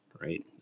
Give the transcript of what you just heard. right